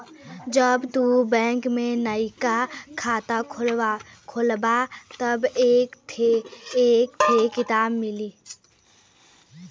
जब तू बैंक में नइका खाता खोलबा तब एक थे किताब मिली